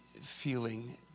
feeling